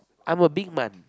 I'm a big man